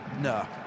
No